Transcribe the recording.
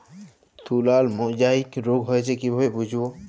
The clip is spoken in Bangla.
তুলার মোজাইক রোগ হয়েছে কিভাবে বুঝবো?